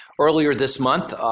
earlier this month,